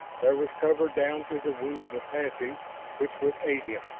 there was cover down to the wounded apache which would aid him.